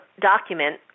document